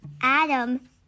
Adam